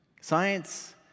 Science